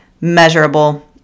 measurable